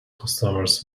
customers